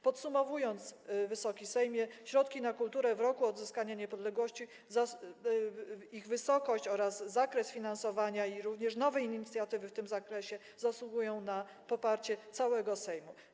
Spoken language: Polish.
Podsumowując, Wysoki Sejmie, środki na kulturę w roku jubileuszu odzyskania niepodległości, ich wysokość oraz zakres finansowania, jak również nowe inicjatywy w tym zakresie zasługują na poparcie całego Sejmu.